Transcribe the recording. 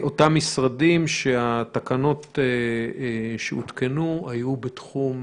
-- אותם משרדים שהתקנות שהותקנו היו בתחום